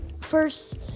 first